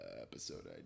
Episode